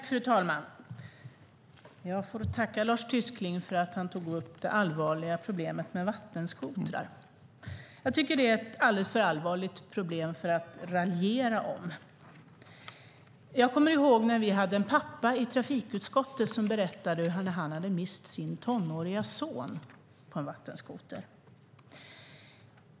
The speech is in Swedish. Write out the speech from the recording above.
Fru talman! Jag får tacka Lars Tysklind för att han tog upp det allvarliga problemet med vattenskotrar. Det är ett alldeles för allvarligt problem för att raljera om det. Jag kommer ihåg när en pappa besökte trafikutskottet som berättade hur han hade mist sin tonåriga son på en vattenskoter.